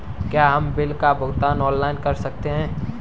क्या हम बिल का भुगतान ऑनलाइन कर सकते हैं?